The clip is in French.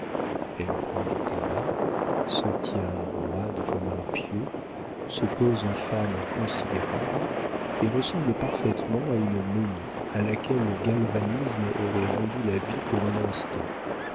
elle prend du tabac se tient roide comme un pieu se pose en femme considérable et ressemble parfaitement à une momie à laquelle le galvanisme aurait rendu la vie pour un instant